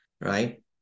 Right